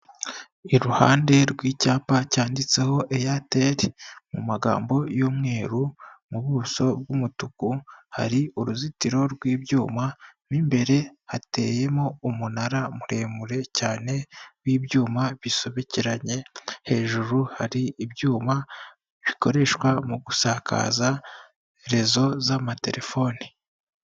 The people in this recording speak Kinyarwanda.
Iruhande rw'icyapa cyanditseho eyateri mu magambo y'umweru, mu buso bw'umutuku, hari uruzitiro rw'ibyuma n'imbere hateyemo umunara muremure cyane w'ibyuma bisobekeranye, hejuru hari ibyuma bikoreshwa mu gusakaza rezo z'amaterefoni.